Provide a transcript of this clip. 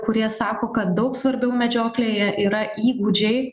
kurie sako kad daug svarbiau medžioklėje yra įgūdžiai